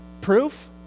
proof